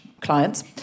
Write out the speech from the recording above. clients